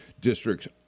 districts